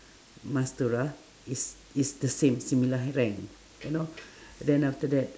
mastura is is the same similar rank you know then after that